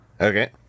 okay